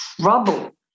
trouble